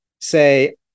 say